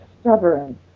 stubborn